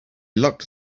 locked